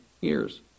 years